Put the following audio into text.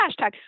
hashtag